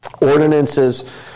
Ordinances